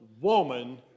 woman